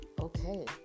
Okay